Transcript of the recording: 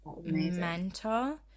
mental